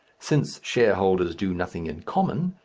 since shareholders do nothing in common,